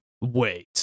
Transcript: wait